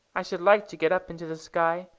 i should like to get up into the sky.